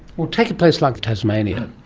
well take a place like tasmania.